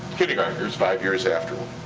kindergarteners five years afterward.